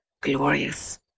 Glorious